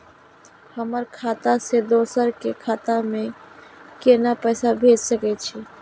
हमर खाता से दोसर के खाता में केना पैसा भेज सके छे?